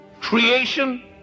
creation